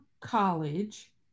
college